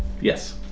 Yes